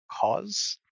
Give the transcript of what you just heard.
cause